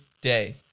day